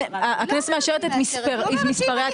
הכנסת מאשרת את מספרי התקציב.